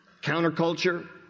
counterculture